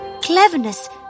cleverness